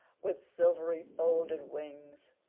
with silvery folded wings.